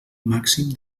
màxim